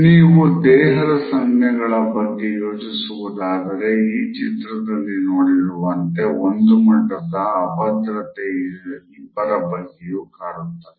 ನೀವು ದೇಹದ ಸಂಜ್ಞೆಗಳ ಬಗ್ಗೆ ಯೋಚಿಸುವುದಾದರೆ ಈ ಚಿತ್ರದಲ್ಲಿ ನೋಡಿರುವಂತೆ ಒಂದು ಮಟ್ಟದ ಅಭದ್ರತೆ ಇಬ್ಬರ ಬಗ್ಗೆಯೂ ಕಾಡುತ್ತದೆ